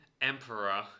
Emperor